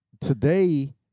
today